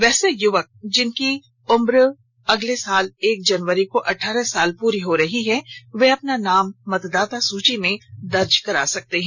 वैसे युवक जिनकी उम्र अगले साल एक जनवरी को अठारह साल पूरी हो रही है वे अपना नाम मतदाता सूची में दर्ज करा सकते हैं